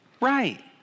Right